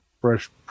Fresh